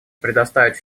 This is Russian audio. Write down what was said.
предоставить